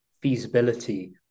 feasibility